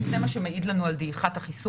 זה מה שמעיד לנו על דעיכת החיסון.